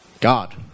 God